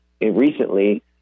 recently